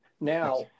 Now